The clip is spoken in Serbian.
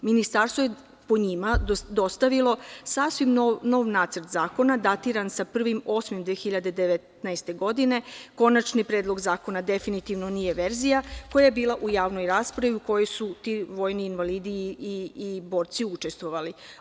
Ministarstvo je po njima dostavilo sasvim nov nacrt zakona, datiran sa 1. avgustom 2019. godine, konačni predlog zakona definitivno nije verzija koja je bila u javnoj raspravi u kojoj su ti vojni invalidi i borci učestovali.